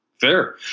fair